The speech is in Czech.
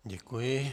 Děkuji.